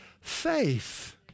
faith